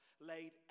laid